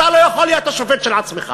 אתה לא יכול להיות השופט של עצמך.